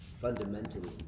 fundamentally